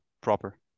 proper